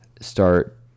start